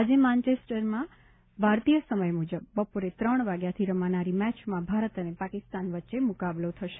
આજે મેન્ચેસ્ટરમાં ભારતીય સમય મુજબ બપોરે ત્રણ વાગ્યાથી રમાનારી મેચમાં ભારત અને પાકિસ્તાન વચ્ચે મુકાબલો થશે